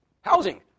housing